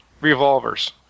Revolvers